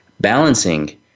balancing